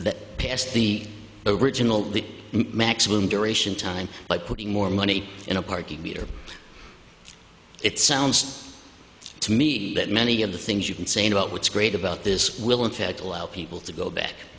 that passed the original the maximum duration time by putting more money in a parking meter it sounds to me that many of the things you can say about what's great about this will in fact allow people to go back